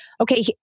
okay